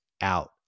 out